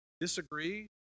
Disagree